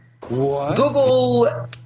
Google